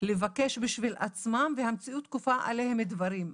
לבקש בשביל עצמם והמציאות כופה עליהם דברים.